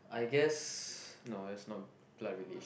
I guess no there's no blood relation